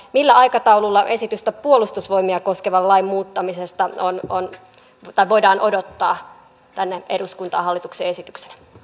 millä aikataululla esitystä puolustusvoimia koskevan lain muuttamisesta voidaan odottaa tänne eduskuntaan hallituksen esityksenä